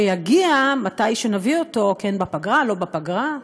שיגיע מתי שנביא אותו, בפגרה, לא בפגרה?